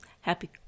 Happy